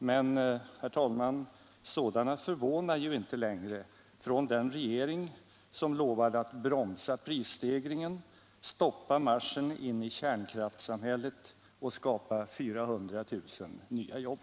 Men, herr talman, sådana förvånar ju inte längre från den regering som lovade att bromsa prisstegringarna, stoppa marschen in i kärnkraftssamhället och skapa 400 000 nya jobb!